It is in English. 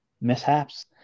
mishaps